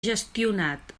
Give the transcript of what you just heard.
gestionat